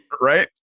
Right